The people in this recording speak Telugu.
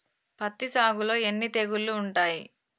పత్తి సాగులో ఎన్ని తెగుళ్లు ఉంటాయి?